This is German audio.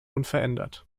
unverändert